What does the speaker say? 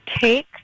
take